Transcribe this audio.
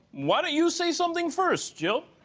why don't you say something first, jill?